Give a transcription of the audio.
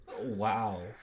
Wow